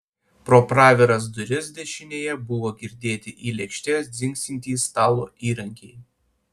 pro praviras duris dešinėje buvo girdėti į lėkštes dzingsintys stalo įrankiai